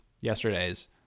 yesterday's